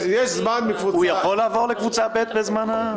הוא יכול לעבור לקבוצה ב' לזמן מה?